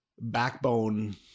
backbone